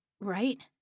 right